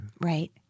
Right